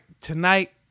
Tonight